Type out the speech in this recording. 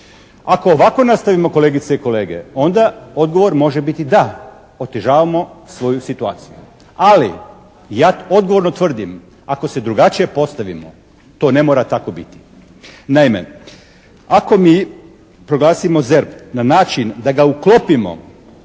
Ako ovako nastavimo kolegice i kolege onda odgovor može biti da, otežavamo svoju situaciju, ali ja odgovorno tvrdim ako se drugačije postavimo to ne mora tako biti. Naime, ako mi proglasimo ZERP na način da ga uklopimo